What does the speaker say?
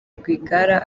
rwigara